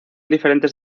diferentes